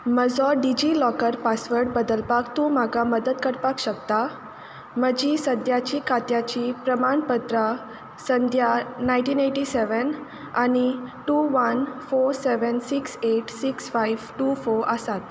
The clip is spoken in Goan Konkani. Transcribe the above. म्हजो डिजी लॉकर पासवर्ड बदलपाक तूं म्हाका मदत करपाक शकता म्हजी सद्याचीं खात्याचीं प्रमाणपत्रां संध्या नायन्टीन एटी सॅवेन आनी two one four seven six eight six five two four आसात